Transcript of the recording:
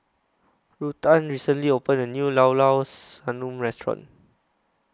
Ruthann recently opened A New Llao Llao Sanum Restaurant